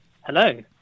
Hello